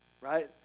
right